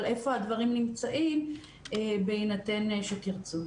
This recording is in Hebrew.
על איפה הדברים נמצאים בהינתן שתרצו.